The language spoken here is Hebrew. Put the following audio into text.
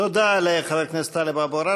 תודה לחבר הכנסת טלב אבו עראר.